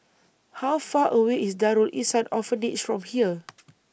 How Far away IS Darul Ihsan Orphanage from here